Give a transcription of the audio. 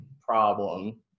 problem